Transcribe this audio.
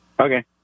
Okay